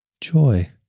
joy